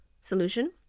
Solution